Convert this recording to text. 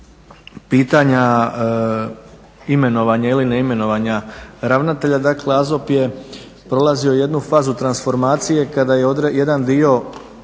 pitanja imenovanja ili neimenovanja ravnatelja dakle AZOP je prolazio jednu fazu transformacije kada je jedan dio